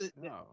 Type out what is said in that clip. No